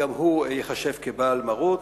גם הוא ייחשב לבעל מרות.